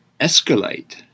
escalate